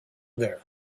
there